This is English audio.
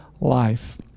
life